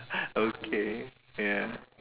okay ya